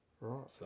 Right